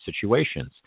situations